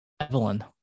Evelyn